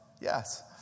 yes